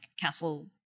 castle